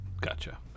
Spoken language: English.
Gotcha